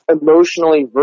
emotionally